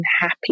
happy